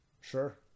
Sure